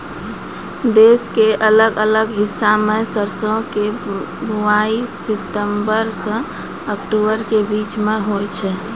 देश के अलग अलग हिस्सा मॅ सरसों के बुआई सितंबर सॅ अक्टूबर के बीच मॅ होय छै